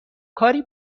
کاری